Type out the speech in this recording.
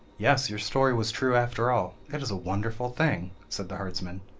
yes, your story was true after all it is a wonderful thing said the herdsman.